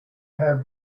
have